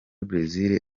brezil